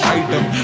item